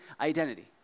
identity